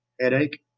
headache